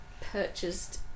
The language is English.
purchased